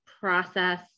process